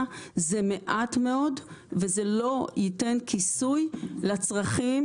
זה מעט מאוד ולא ייתן כיסוי לצרכים.